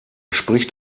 spricht